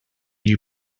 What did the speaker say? you